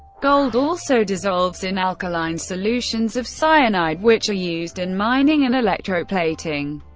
gold also dissolves in alkaline solutions of cyanide, which are used in mining and electroplating.